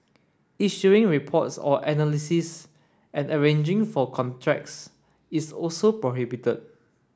issuing reports or analysis and arranging for contracts is also prohibited